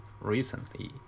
recently